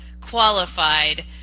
qualified